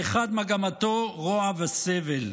האחד מגמתו רוע וסבל,